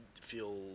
feel